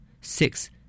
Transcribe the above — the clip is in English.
Six